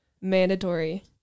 mandatory